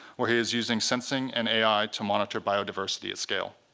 where he is using sensing and ai to monitor biodiversity at scale.